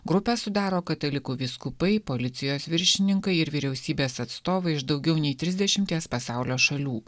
grupę sudaro katalikų vyskupai policijos viršininkai ir vyriausybės atstovai iš daugiau nei trisdešimties pasaulio šalių